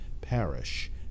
parish